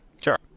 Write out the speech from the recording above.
Sure